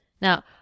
Now